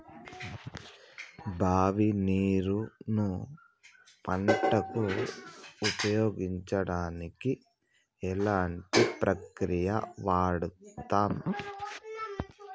బావి నీరు ను పంట కు ఉపయోగించడానికి ఎలాంటి ప్రక్రియ వాడుతం?